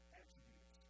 attributes